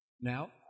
Now